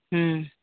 ᱦᱮᱸ